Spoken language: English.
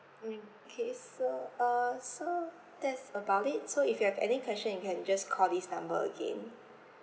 mm okay so uh so that's about it so if you have any question you can just call this number again